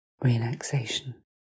relaxation